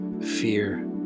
fear